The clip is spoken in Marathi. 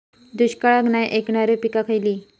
दुष्काळाक नाय ऐकणार्यो पीका खयली?